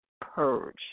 purge